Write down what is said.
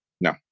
No